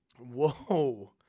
Whoa